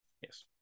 Yes